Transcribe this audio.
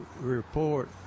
report